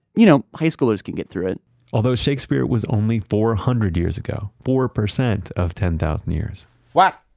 you know high schoolers can get through it although shakespeare was only four hundred years ago, four percent of ten thousand years what?